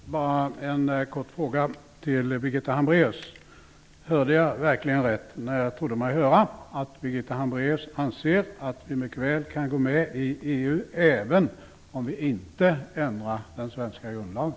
Herr talman! Bara en kort fråga till Birgitta Hambraeus. Hörde jag verkligen rätt när jag tyckte mig höra att Birgitta Hambraeus anser att vi mycket väl kan gå med i EU även om vi inte ändrar den svenska grundlagen?